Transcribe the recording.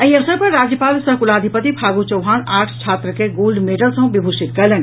एहि अवसर पर राज्यपाल सह कुलाधिपति फागू चौहान आठ छात्र के गोल्ड मेडल सँ विभूषित कयलनि